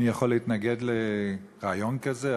מי יכול להתנגד לרעיון כזה?